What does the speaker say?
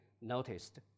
noticed